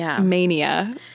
mania